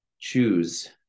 choose